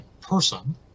person